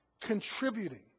contributing